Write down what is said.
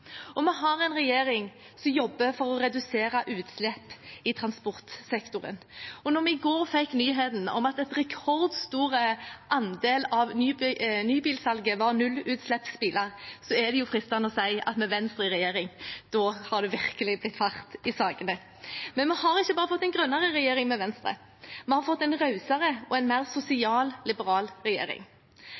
Og vi har en regjering som jobber for å redusere utslipp i transportsektoren. Og når vi i går fikk nyheten om at en rekordstor andel av nybilsalget var nullutslippsbiler, er det fristende å si at med Venstre i regjering har det virkelig blitt fart i sakene. Men vi har ikke bare fått en grønnere regjering med Venstre. Vi har fått en rausere og en mer sosialliberal regjering. Regjeringen gjennomfører nå en sosial